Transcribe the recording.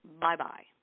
Bye-bye